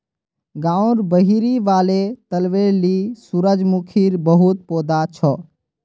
गांउर बहिरी वाले तलबेर ली सूरजमुखीर बहुत पौधा छ